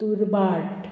तुरबाट